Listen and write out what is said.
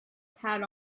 pad